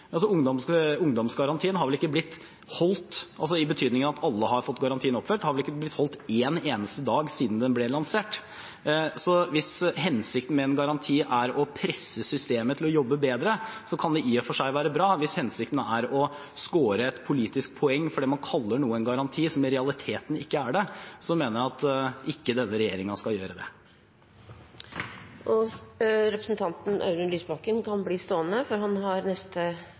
Ungdomsgarantien har vel ikke blitt holdt – i betydningen av at alle har fått garantien oppfylt – én eneste dag siden den ble lansert. Så hvis hensikten med en garanti er å presse systemet til å jobbe bedre, kan det i og for seg være bra. Hvis hensikten er å score et politisk poeng fordi man kaller noe en garanti, som i realiteten ikke er det, mener jeg at denne regjeringen ikke skal gjøre det. Vi går videre til neste hovedspørsmål. Representanten Audun Lysbakken kan bli stående for han har neste